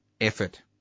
effort